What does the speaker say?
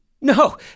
No